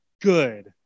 good